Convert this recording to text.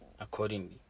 accordingly